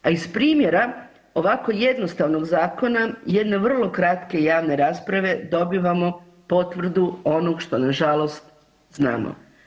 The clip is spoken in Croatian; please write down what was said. A iz primjera ovako jednostavnog zakona jedne vrlo kratke javne rasprave dobivamo potvrdu onog što nažalost znamo.